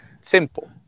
simple